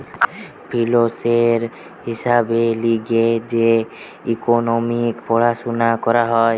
ফিন্যান্সের হিসাবের লিগে যে ইকোনোমিক্স পড়াশুনা করা হয়